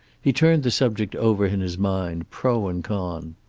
he turned the subject over in his mind, pro and con.